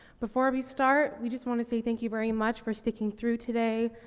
before we start, we just wanna say thank you very much for sticking through today,